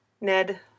Ned